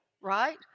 right